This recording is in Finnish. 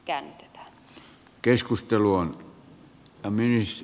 arvoisa puhemies